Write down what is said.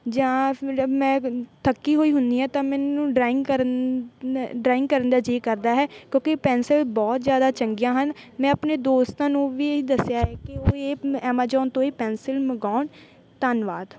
ਜਾਂ ਫਿਰ ਮੈਂ ਥੱਕੀ ਹੋਈ ਹੁੰਦੀ ਹਾਂ ਤਾਂ ਮੈਨੂੰ ਡਰਾਇੰਗ ਕਰਨ ਡਰਾਇੰਗ ਕਰਨ ਦਾ ਜੀਅ ਕਰਦਾ ਹੈ ਕਿਉਂਕਿ ਪੈਨਸਲ ਬਹੁਤ ਜ਼ਿਆਦਾ ਚੰਗੀਆਂ ਹਨ ਮੈਂ ਆਪਣੇ ਦੋਸਤਾਂ ਨੂੰ ਵੀ ਇਹ ਦੱਸਿਆ ਹੈ ਕਿ ਉਹ ਇਹ ਐਮਾਜੋਨ ਤੋਂ ਇਹ ਪੈਨਸਿਲ ਮੰਗਵਾਉਣ ਧੰਨਵਾਦ